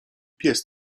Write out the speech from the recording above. pies